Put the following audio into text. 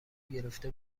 گرفته